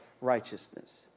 righteousness